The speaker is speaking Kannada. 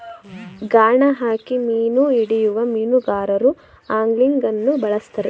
ಗಾಣ ಹಾಕಿ ಮೀನು ಹಿಡಿಯುವ ಮೀನುಗಾರರು ಆಂಗ್ಲಿಂಗನ್ನು ಬಳ್ಸತ್ತರೆ